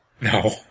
No